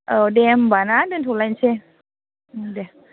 औ दे होम्बा ना दोन्थ'लायनोसै दे